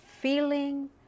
feeling